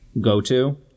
go-to